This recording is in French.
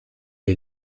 est